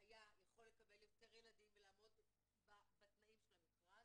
היה יכול לקבל יותר ילדים ולעמוד בתנאים של המכרז,